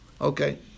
Okay